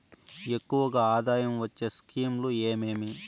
ఎక్కువగా ఆదాయం వచ్చే స్కీమ్ లు ఏమేమీ?